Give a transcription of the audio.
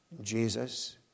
Jesus